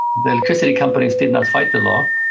the electricity companies did not fight the law,